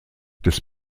des